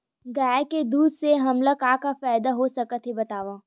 गाय के दूध से हमला का का फ़ायदा हो सकत हे बतावव?